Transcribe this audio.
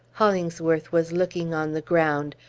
hollingsworth was looking on the ground.